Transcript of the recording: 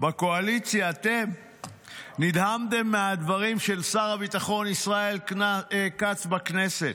בקואליציה אתם נדהמתם מהדברים של שר הביטחון ישראל כץ בכנסת.